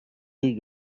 rue